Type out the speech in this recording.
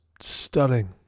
stunning